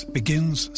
begins